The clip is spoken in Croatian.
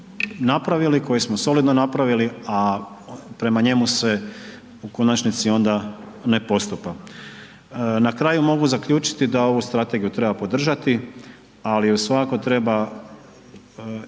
napravili, koji smo solidno napravili, a prema njemu se u konačnici onda ne postupa. Na kraju mogu zaključiti da ovu Strategiju treba podržati, ali ju svakako treba pretočiti